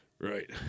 Right